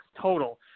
total